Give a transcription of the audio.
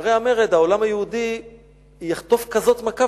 שאחרי המרד העולם היהודי יחטוף כזאת מכה,